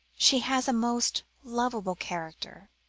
she has a most lovable character